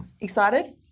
Excited